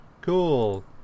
cool